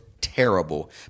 Terrible